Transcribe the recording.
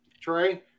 Trey